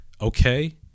okay